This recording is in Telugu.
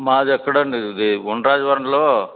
మాది అక్కడ అండి ఉండ్రాజవరంలో